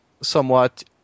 somewhat